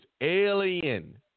alien